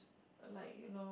like you know